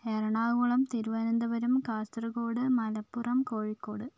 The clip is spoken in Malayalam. എറണാകുളം തിരുവനന്തപുരം കാസർകോഡ് മലപ്പുറം കോഴിക്കോട്